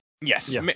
Yes